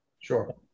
Sure